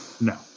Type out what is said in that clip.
No